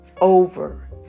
over